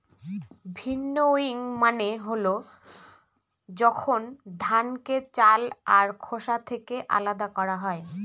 ভিন্নউইং মানে হল যখন ধানকে চাল আর খোসা থেকে আলাদা করা হয়